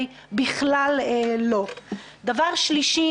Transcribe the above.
עודד, תודה רבה קודם כול על הזכות.